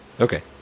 Okay